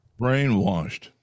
Brainwashed